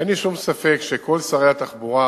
אין לי שום ספק שכל שרי התחבורה